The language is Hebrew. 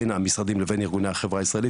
בין המשרדים לבין ארגוני החברה הישראלית,